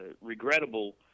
regrettable